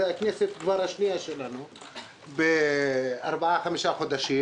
זו כבר הכנסת השנייה שלנו ב-4 5 חודשים,